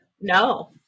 No